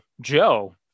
joe